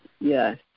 yes